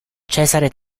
cesare